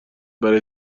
برای